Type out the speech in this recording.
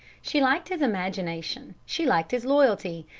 she liked his imagination, she liked his loyalty,